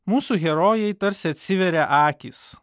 mūsų herojei tarsi atsiveria akys